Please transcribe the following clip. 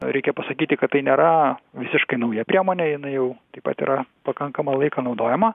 reikia pasakyti kad tai nėra visiškai nauja priemonė jinai jau taip pat yra pakankamą laiką naudojama